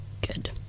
good